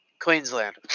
Queensland